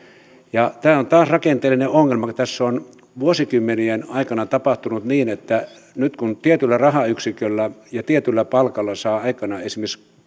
ja tämä on taas rakenteellinen ongelma kun tässä on vuosikymmenien aikana tapahtunut niin että kun tietyllä rahayksiköllä ja tietyllä palkalla sai aikanaan esimerkiksi